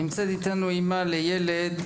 נמצאת איתנו אימא לילד.